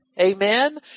Amen